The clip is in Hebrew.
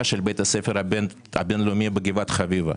של בית הספר הבין-לאומי בגבעת חביבה.